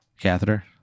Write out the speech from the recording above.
Catheter